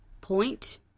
point